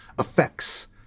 effects